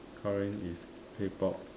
current is K-pop